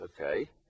okay